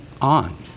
on